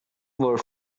were